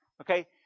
Okay